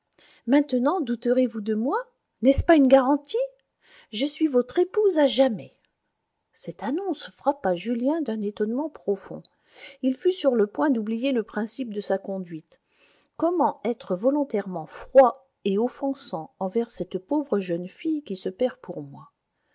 maintenant douterez vous de moi n'est-ce pas une garantie je suis votre épouse à jamais cette annonce frappa julien d'un étonnement profond il fut sur le point d'oublier le principe de sa conduite comment être volontairement froid et offensant envers cette pauvre jeune fille qui se perd pour moi